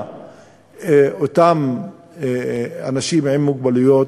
אותם אנשים עם מוגבלות,